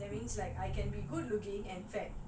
my fit body